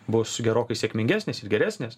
bus gerokai sėkmingesnės ir geresnės